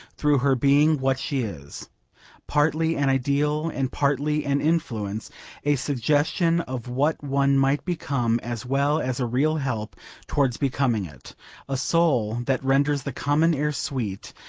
through her being what she is partly an ideal and partly an influence a suggestion of what one might become as well as a real help towards becoming it a soul that renders the common air sweet,